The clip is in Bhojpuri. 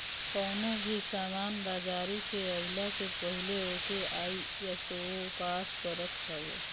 कवनो भी सामान बाजारी में आइला से पहिले ओके आई.एस.ओ पास करत हवे